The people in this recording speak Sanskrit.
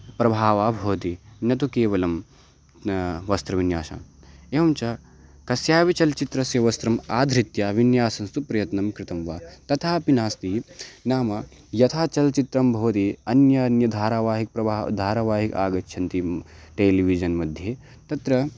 प्रभावः भवति न तु केवलं वस्त्रविन्यासं एवं च कस्यापि चलचित्रस्य वस्त्रम् आधृत्य विन्यासं तु प्रयत्नं कृतं वा तथापि नास्ति नाम यथा चलचित्रं भवति अन्य अन्य धारवाहिकं प्रभावं धारवाहिकम् आगच्छन्ति टेल्विजन्मध्ये तत्र